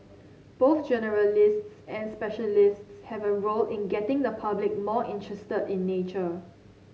both generalists and specialists have a role in getting the public more interested in nature